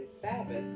Sabbath